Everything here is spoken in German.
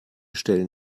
stellen